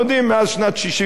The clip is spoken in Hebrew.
מאז שנת 1967,